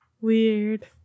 weird